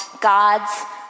God's